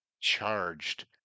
charged